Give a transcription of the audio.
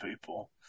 people